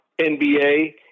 NBA